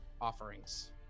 offerings